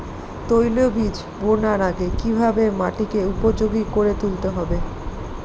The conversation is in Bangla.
তৈলবীজ বোনার আগে কিভাবে মাটিকে উপযোগী করে তুলতে হবে?